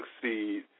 succeed